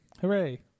Hooray